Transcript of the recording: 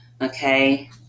okay